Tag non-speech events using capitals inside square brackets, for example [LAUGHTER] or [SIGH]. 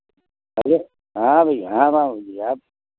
hello हाँ भैया हाँ [UNINTELLIGIBLE] जी आप